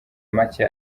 make